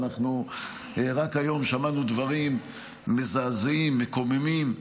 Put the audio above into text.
רק היום שמענו דברים מזעזעים, מקוממים,